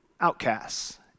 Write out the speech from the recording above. outcasts